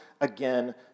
again